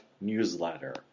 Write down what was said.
newsletter